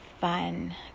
fun